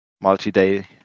Multi-day